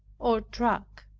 or track.